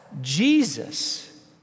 Jesus